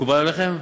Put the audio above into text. מקובל עליכם?